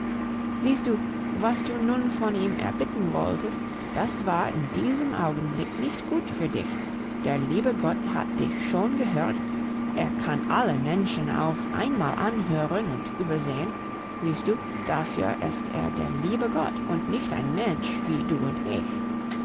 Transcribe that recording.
siehst du was du nun von ihm erbitten wolltest das war in diesem augenblick nicht gut für dich der liebe gott hat dich schon gehört er kann alle menschen auf einmal anhören und übersehen siehst du dafür ist er der liebe gott und nicht ein mensch wie du und ich